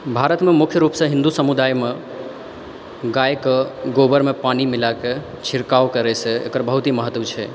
भारतमे मुख्य रूपसँ हिन्दू समुदायमे गायके गोबरमे पानि मिलाके छिड़काब करैसँ एकर बहुत ही महत्व छै